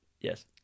Yes